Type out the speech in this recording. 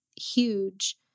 huge